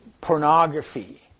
Pornography